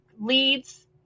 leads